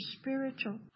spiritual